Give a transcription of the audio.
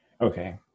Okay